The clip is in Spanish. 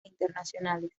internacionales